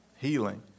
healing